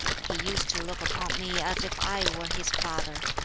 he used to look upon me as if i were his father.